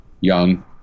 young